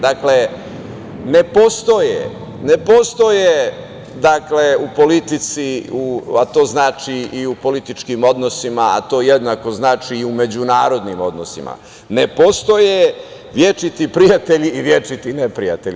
Dakle, ne postoje u politici, a to znači u političkim odnosima, a to jednako znači i u međunarodnim odnosima, ne postoje večiti prijatelji i večiti neprijatelji.